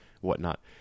whatnot